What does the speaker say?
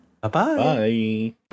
Bye-bye